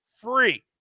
free